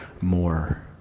more